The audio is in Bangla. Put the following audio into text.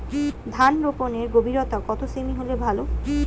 ধান রোপনের গভীরতা কত সেমি হলে ভালো?